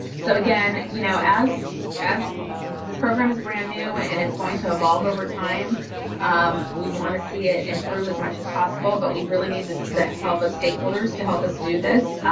so again you know as as this program is brand new and and it's going to evolve over time we want to see it improve as much as possible but we'd really need this the help of stakeholders to help us do this.